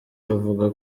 bavuga